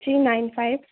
three nine five